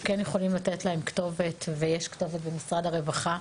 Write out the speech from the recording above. כן יכולים לתת להן כתובת ויש כתובת במשרד הרווחה.